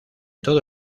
todo